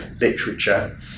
literature